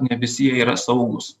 ne visi jie yra saugūs